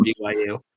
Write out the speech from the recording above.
BYU